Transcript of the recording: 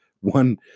one